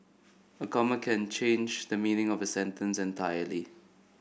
a comma can change the meaning of a sentence entirely